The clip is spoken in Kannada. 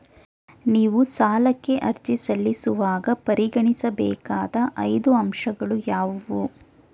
ನೀವು ಸಾಲಕ್ಕೆ ಅರ್ಜಿ ಸಲ್ಲಿಸುವಾಗ ಪರಿಗಣಿಸಬೇಕಾದ ಐದು ಅಂಶಗಳು ಯಾವುವು?